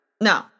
no